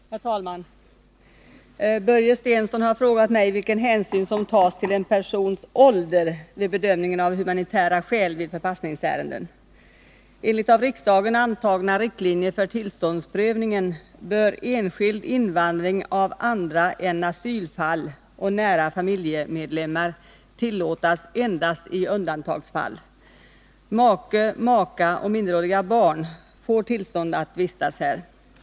Herr talman! Börje Stensson har frågat mig vilken hänsyn som tas till en persons ålder vid bedömningen av humanitära skäl vid förpassningsärenden. Enligt av riksdagen antagna riktlinjer för tillståndsprövningen bör enskild invandring av andra än asylfall och nära familjemedlemmar tillåtas endast i undantagsfall. Make, maka och minderåriga barn får tillstånd att vistas här.